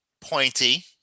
pointy